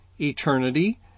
eternity